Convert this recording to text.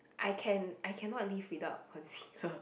I can I cannot live without concealer